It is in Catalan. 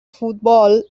futbol